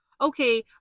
Okay